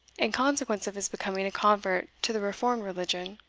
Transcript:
in consequence of his becoming a convert to the reformed religion.